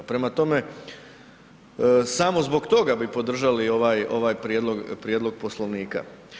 Prema tome, samo zbog toga bi podržali ovaj prijedlog Poslovnika.